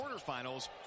quarterfinals